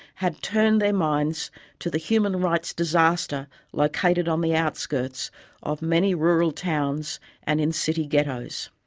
had turned their minds to the human rights disaster located on the outskirts of many rural towns and in city ghettoes.